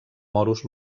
moros